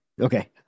Okay